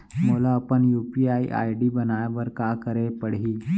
मोला अपन UPI ID बनाए बर का करे पड़ही?